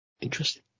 Interesting